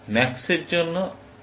max এর জন্য এটা এই